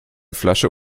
flasche